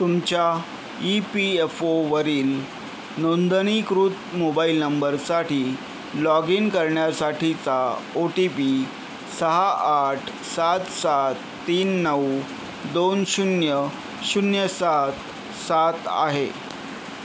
तुमच्या E P F ओवरील नोंदणीकृत मोबाईल नंबरसाठी लॉग इन करण्यासाठीचा ओ टी पी सहा आठ सात सात तीन नऊ दोन शून्य शून्य सात सात आहे